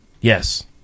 Yes